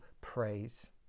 praise